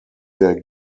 der